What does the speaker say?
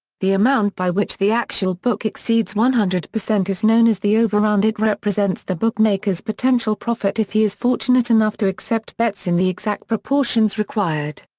the amount by which the actual book exceeds one hundred percent is known as the overround it represents the bookmaker's potential profit if he is fortunate enough to accept bets in the exact proportions required.